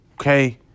Okay